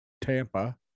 Tampa